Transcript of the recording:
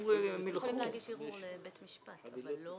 הם יכולים להסביר לך.